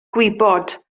gwybod